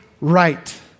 right